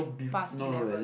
pass eleven